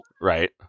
Right